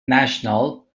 national